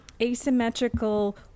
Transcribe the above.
Asymmetrical